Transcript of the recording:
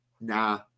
nah